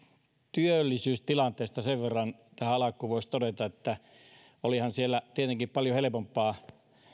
työllisyystilanteesta sen verran tähän alkuun voisi todeta että olihan siellä tietenkin paljon helpompaa